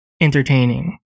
entertaining